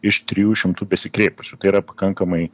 iš trijų šimtų besikreipusių tai yra pakankamai